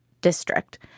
district